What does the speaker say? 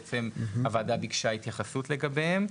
אבל הוועדה ביקשה לקבל התייחסות לגביהם.